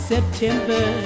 September